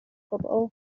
gwbl